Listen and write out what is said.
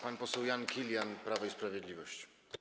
Pan poseł Jan Kilian, Prawo i Sprawiedliwość.